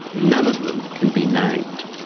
none of them can be named.